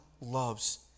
loves